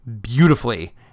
beautifully